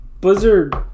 Blizzard